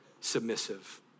submissive